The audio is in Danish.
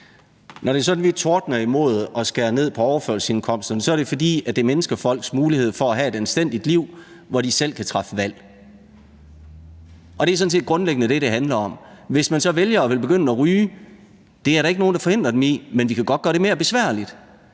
Når det er sådan, at vi tordner imod at skære ned på overførselsindkomsterne, er det, fordi det mindsker folks mulighed for at have et anstændigt liv, hvor de selv kan træffe valg. Det er sådan set grundlæggende det, det handler om. Hvis de så vælger at begynde at ryge, er der ikke nogen, der forhindrer dem i det, men vi kan godt gøre det mere besværligt,